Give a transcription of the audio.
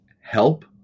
help